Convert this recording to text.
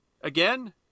again